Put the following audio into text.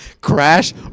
Crash